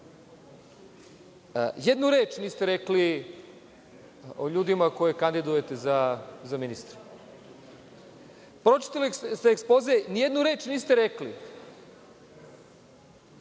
jednu reč niste rekli o ljudima koje kandidujete za ministre. Pročitali ste ekspoze i nijednu reč niste rekli